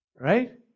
Right